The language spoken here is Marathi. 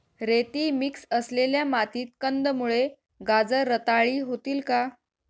रेती मिक्स असलेल्या मातीत कंदमुळे, गाजर रताळी होतील का?